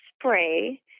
spray